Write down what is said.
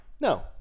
No